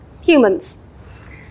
humans